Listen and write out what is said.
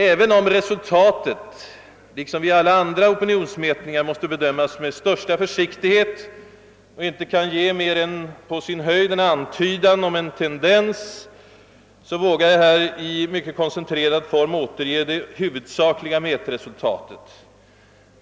Även om resultatet av denna un dersökning — liksom av alla andra opinionsundersökningar — måste be dömas med största försiktighet och inte kan ge mer än på sin höjd en antydan om en tendens, vågar jag ändå i mycket koncentrerad form återge det huvudsakliga mätresultatet.